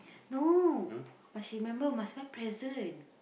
no must remember must buy present